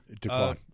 Decline